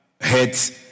heads